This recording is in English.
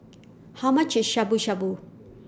How much IS Shabu Shabu